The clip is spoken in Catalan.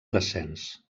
descens